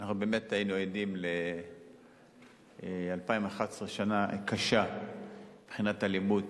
אנחנו באמת היינו עדים ב-2011 לשנה קשה מבחינת אלימות